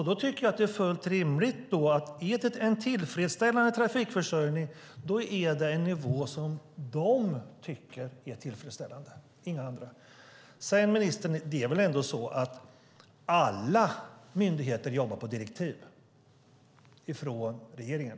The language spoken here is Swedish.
Då tycker jag att det är fullt rimligt att en tillfredsställande trafikförsörjning är en nivå de tycker är tillfredsställande - inga andra. Sedan är väl ändå så, ministern, att alla myndigheter jobbar på direktiv från regeringen.